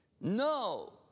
No